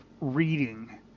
reading